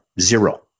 Zero